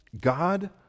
God